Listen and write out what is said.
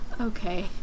okay